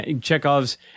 Chekhov's